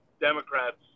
Democrats